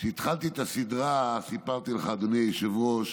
כשהתחלתי את הסדרה, סיפרתי לך, אדוני היושב-ראש,